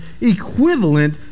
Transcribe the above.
equivalent